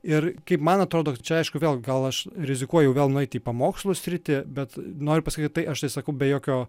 ir kaip man atrodo čia aišku vėl gal aš rizikuoju vėl nueiti į pamokslų sritį bet noriu pasakyti tai aš tai sakau be jokio